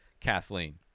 Kathleen